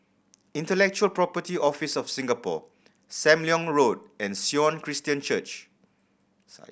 Intellectual Property Office of Singapore Sam Leong Road and Sion Christian Church